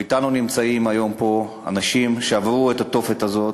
אתנו נמצאים היום פה אנשים שעברו את התופת הזה,